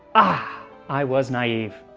ah i was naive.